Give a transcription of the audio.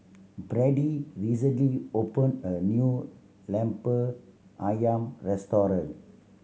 Brady recently opened a new Lemper Ayam restaurant